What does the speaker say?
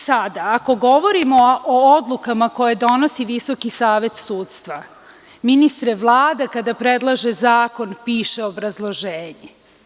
Sada, ako govorimo o odlukama koje donosi VSS, ministre, Vlada kada predlaže zakon piše obrazloženje.